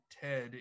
Ted